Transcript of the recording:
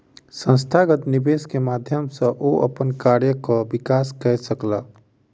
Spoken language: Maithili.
संस्थागत निवेश के माध्यम सॅ ओ अपन कार्यक विकास कय सकला